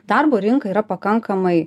darbo rinka yra pakankamai